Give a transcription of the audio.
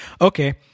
Okay